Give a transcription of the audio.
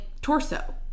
torso